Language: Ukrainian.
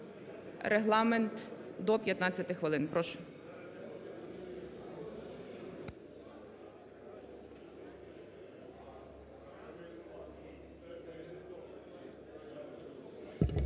Регламент до 15 хвилин. Прошу.